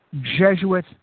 Jesuit